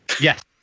Yes